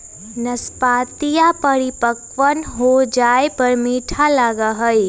नाशपतीया परिपक्व हो जाये पर मीठा लगा हई